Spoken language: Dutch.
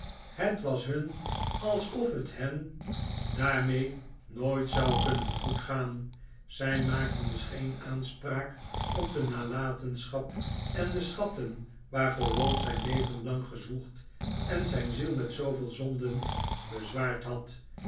het was hun alsof het hen daarmee nooit zou kunnen goed gaan zij maakten dus geen aanspraak op de nalatenschap en de schatten waarvoor ralph zijn leven lang gezwoegd en zijn ziel met zooveel zonden bezwaard had